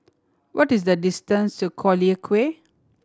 what is the distance to Collyer Quay